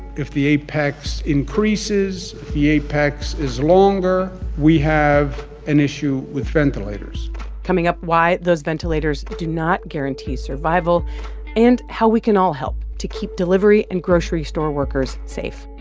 if the apex increases, the apex is longer, we have an issue with ventilators coming up, why those ventilators do not guarantee survival and how we can all help to keep delivery and grocery store workers safe.